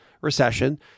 recession